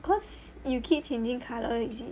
cause you keep changing color is it